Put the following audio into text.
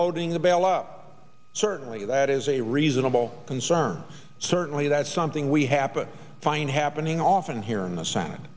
loading the bail up certainly that is a reasonable concern certainly that something we happen to find happening often here in the senate